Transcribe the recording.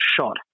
shot